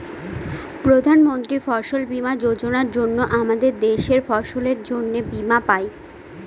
প্রধান মন্ত্রী ফসল বীমা যোজনার জন্য আমাদের দেশের ফসলের জন্যে বীমা পাই